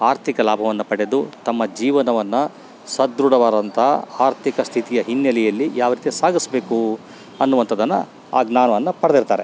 ಆರ್ಥಿಕ ಲಾಭವನ್ನು ಪಡೆದು ತಮ್ಮ ಜೀವನವನ್ನು ಸದೃಢವಾದಂಥ ಆರ್ಥಿಕ ಸ್ಥಿತಿಯ ಹಿನ್ನೆಲೆಯಲ್ಲಿ ಯಾವ ರೀತಿ ಸಾಗಿಸ್ಬೇಕು ಅನ್ನುವಂಥದ್ದನ್ನ ಆ ಜ್ಞಾನವನ್ನ ಪಡೆದಿರ್ತಾರೆ